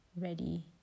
ready